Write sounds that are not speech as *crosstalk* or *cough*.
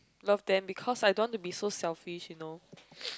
love them because I don't want to be so selfish you know *noise*